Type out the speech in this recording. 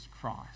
Christ